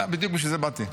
בדיוק בשביל זה באתי.